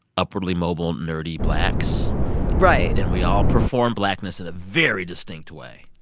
upwardly mobile, nerdy blacks right and we all perform blackness in a very distinct way.